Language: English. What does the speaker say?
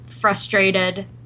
frustrated